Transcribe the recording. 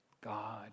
God